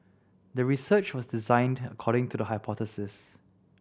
the research was designed according to the hypothesis